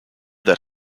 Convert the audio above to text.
that